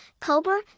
cobra